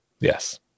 Yes